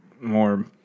more